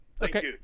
okay